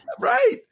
Right